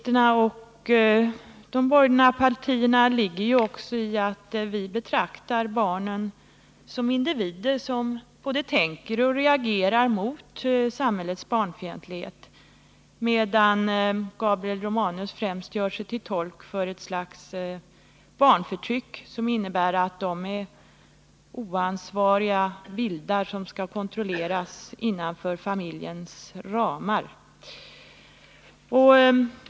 erna ligger i att vi betraktar barnen som individer, som både tänker och reagerar mot samhällets barnfientlighet, medan Gabriel Romanus främst gör sig till tolk för ett slags barnförtryck, som innebär att barnen betraktas som oansvariga vildar som skall kontrolleras inom familjens ramar.